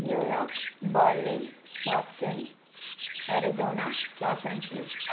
New York Berlin Boston Arizona Los Angeles